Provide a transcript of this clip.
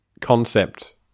concept